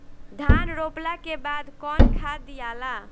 धान रोपला के बाद कौन खाद दियाला?